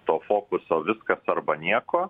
to fokuso viskas arba nieko